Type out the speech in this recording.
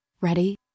Ready